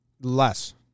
Less